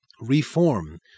reform